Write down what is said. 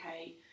okay